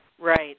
Right